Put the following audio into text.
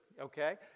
Okay